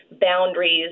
boundaries